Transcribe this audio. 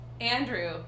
Andrew